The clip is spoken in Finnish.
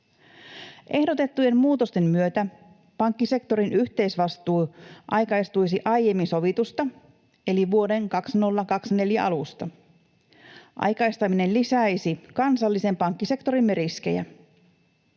Ehdotettujen muutosten myötä pankkisektorin yhteisvastuu aikaistuisi aiemmin sovitusta eli vuoden 2024 alusta. Aikaistaminen lisäisi kansallisen pankkisektorimme riskejä.